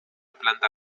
planta